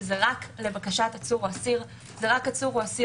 שזה רק לבקשת עצור או אסיר שהוא בגיר,